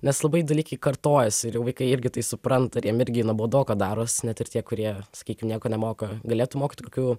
nes labai dalykai kartojasi ir jau vaikai irgi tai supranta ir jiem irgi nuobodoka daros net ir tie kurie sakykim nieko nemoka galėtų mokyti kokių